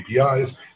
APIs